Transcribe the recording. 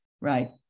Right